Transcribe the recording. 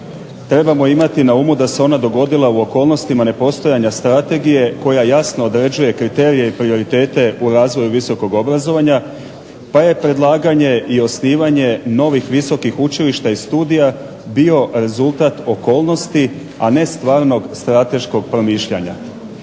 trebamo imati na umu da se ona dogodila u okolnostima nepostojanja strategije koja jasno određuje kriterije i prioritete u razvoju visokog obrazovanja, pa je predlaganje i osnivanje novih visokih učilišta i studija bio rezultat okolnosti, a ne stvarnog strateškog promišljanja.